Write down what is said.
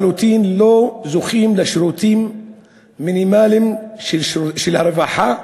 לחלוטין לא זוכים לשירותים מינימליים של הרווחה.